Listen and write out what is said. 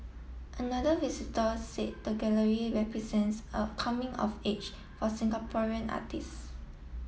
another visitor said the gallery represents a coming of age for Singaporean artists